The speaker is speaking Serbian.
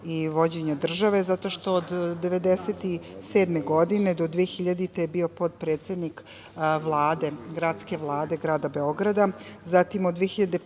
i vođenja države zato što od 1997. godine do 2000. godine je bio potpredsednik Vlade, gradske Vlade Grada Beograda. Zatim, od 2001.